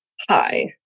Hi